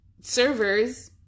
servers